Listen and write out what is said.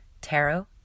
tarot